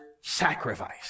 sacrifice